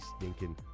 stinking